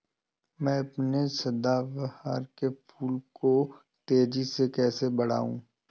मैं अपने सदाबहार के फूल को तेजी से कैसे बढाऊं?